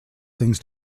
things